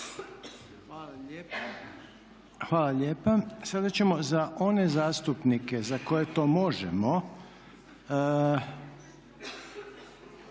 Hvala lijepa. Sada ćemo za one zastupnike za koje to možemo,